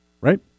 Right